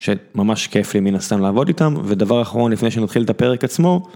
שממש כיף לי מן הסתם לעבוד איתם ודבר אחרון לפני שנתחיל את הפרק עצמו.